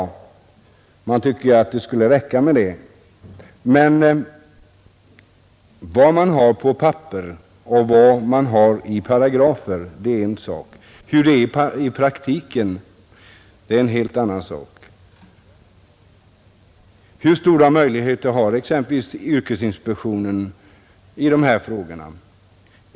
Det kan tyckas att det borde räcka med det. Men vad man har på papper och vad man har i paragrafer är en sak. Hur det är i praktiken är en helt annan sak. Hur stora möjligheter har exempelvis yrkesinspektionen i dessa frågor?